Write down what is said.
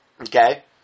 Okay